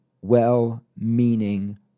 well-meaning